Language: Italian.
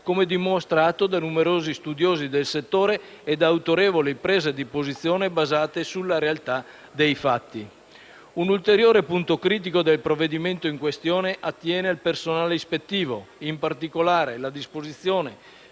come dimostrato da numerosi studiosi del settore e da autorevoli prese di posizione basate sulla realtà dei fatti. Un ulteriore punto critico del provvedimento in questione attiene al personale ispettivo. In particolare, la disposizione